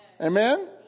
Amen